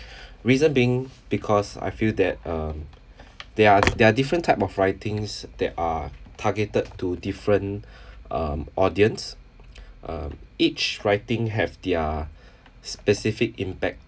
reason being because I feel that um there are there are different type of writings that are targeted to different um audience um each writing have their specific impact